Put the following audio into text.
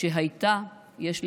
/ שהייתה (יש להודות)